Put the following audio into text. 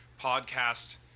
podcast